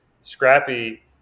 scrappy